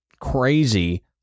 crazy